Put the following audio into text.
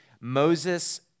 Moses